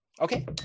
Okay